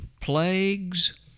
plagues